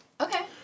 Okay